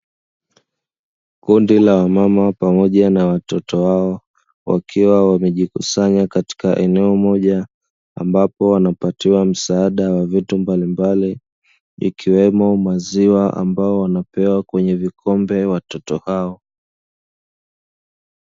Kundi la wamama pamoja na watoto wao wakiwa wamejikusanya kwa pamoja, ambapo wanapatiwa msaada wa vitu mbalimbali ikiwemo; maziwa ambayo wanapewa kwenye vikombe watoto hao.